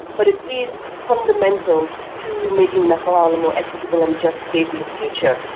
but it is fundamental to making nepal a more equitable and just state in the future.